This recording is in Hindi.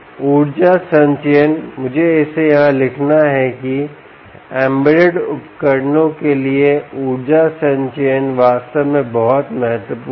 ऊर्जा संचयन मुझे इसे यहाँ लिखना है कि एम्बेडेड उपकरणों के लिए ऊर्जा संचयन वास्तव में बहुत महत्वपूर्ण है